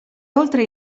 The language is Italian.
oltre